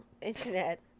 internet